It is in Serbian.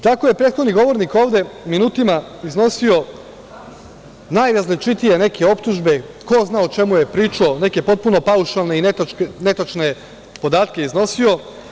Tako je prethodni govornik ovde minutima iznosio najrazličitije neke optužbe, ko zna o čemu je pričao, neke potpuno paušalne i netačne podatke iznosio.